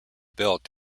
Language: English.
built